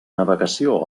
navegació